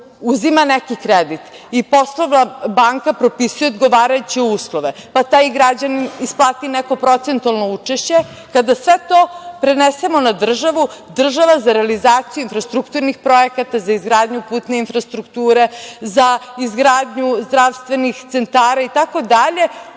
uzima neki kredit i poslovna banka propisuje odgovarajuće uslove, pa taj građanin isplati neko procentualno učešće. Kada sve to prenesemo na državu, država za realizaciju infrastrukturnih projekata, za izgradnju putne infrastrukture, za izgradnju zdravstvenih centara, itd,